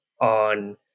on